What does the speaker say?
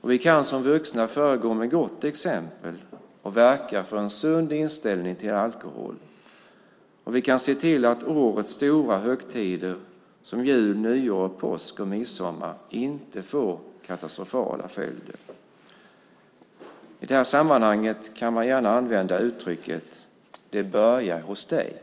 och vi kan som vuxna föregå med gott exempel och verka för en sund inställning till alkohol. Vi kan se till att årets stora högtider som jul, nyår, påsk och midsommar inte får katastrofala följder. I det här sammanhanget kan man gärna använda uttrycket "det börjar hos dig".